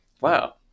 Wow